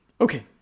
okay